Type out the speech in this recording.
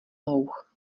louh